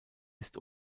ist